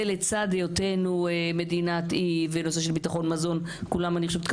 זה לצד היותנו מדינת אי ונושא של ביטחון מזון כולם אני חושבת,